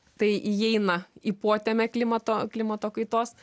tai įeina į potemę klimato klimato kaitos